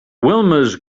wilma’s